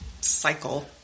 cycle